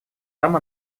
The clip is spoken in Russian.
там